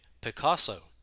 Picasso